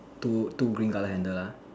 two two green colour handle ah